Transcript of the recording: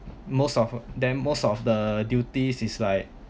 most of them most of the duties is like